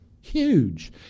Huge